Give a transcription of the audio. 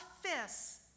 fists